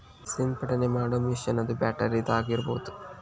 ಸಿಂಪಡನೆ ಮಾಡು ಮಿಷನ್ ಅದ ಬ್ಯಾಟರಿದ ಆಗಿರಬಹುದ